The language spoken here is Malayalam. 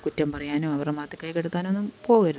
കുറ്റം പറയാനോ അവരുടെ മതത്തെ കൈ കടത്താനോ ഒന്നും പോകരുത്